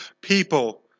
people